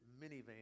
minivan